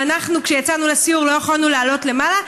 וכשאנחנו יצאנו לסיור לא יכולנו לעלות למעלה,